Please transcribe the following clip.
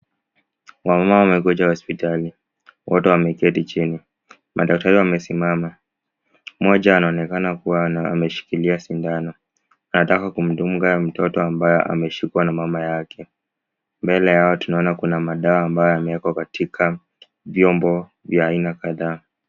Wagonjwa hospitali, wote wameketi chini. Madaktari wamesimama. Mmoja anaonekana kuwa ameshikilia sindano, anataka kumdunga mtoto ambaye ameshikwa na mama yake. Mbele yao tunaona kuna madawa ambayo yamewekwa katika vyombo vya aina kadhaa.